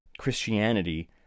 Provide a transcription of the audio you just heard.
Christianity